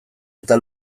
eta